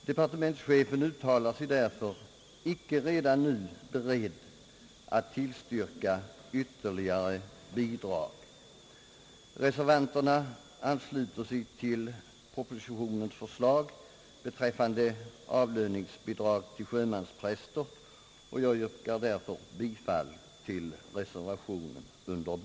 Departementschefen säger sig därför icke redan nu vara beredd att tillstyrka ytterligare bidrag. Reservanterna ansluter sig till propositionens förslag beträffande avlöningsbidrag till sjömanspräster, och jag yrkar därför bifall till reservationen under B.